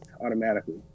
automatically